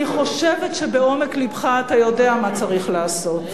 אני חושבת שבעומק לבך אתה יודע מה צריך לעשות.